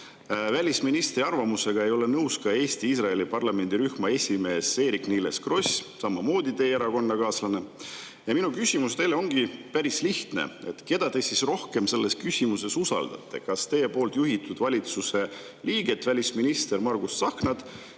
Välisministri arvamusega ei ole nõus ka Eesti-Iisraeli parlamendirühma esimees Eerik-Niiles Kross, samamoodi teie erakonnakaaslane. Minu küsimus teile ongi päris lihtne. Keda te siis rohkem selles küsimuses usaldate, kas teie juhitud valitsuse liiget, välisminister Margus Tsahknat